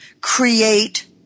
create